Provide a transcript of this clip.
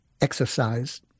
exercise